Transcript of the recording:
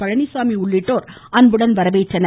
பழனிசாமி உள்ளிட்டோர் அன்புடன் வரவேற்றனர்